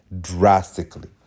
drastically